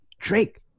Drake